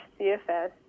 CFS